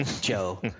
Joe